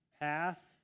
path